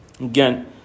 Again